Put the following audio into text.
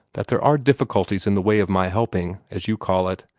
that there are difficulties in the way of my helping, as you call it.